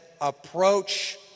approach